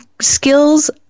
skills